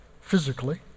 physically